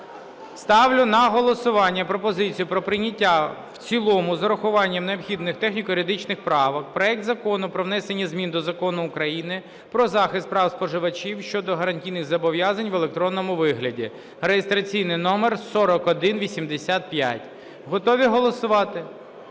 Ставлю на голосування пропозицію про прийняття в цілому з урахуванням необхідних техніко юридичних правок проект Закону про внесення змін до Закону України “Про захист прав споживачів” щодо гарантійних зобов’язань в електронному вигляді (реєстраційний номер 4185). Готові голосувати?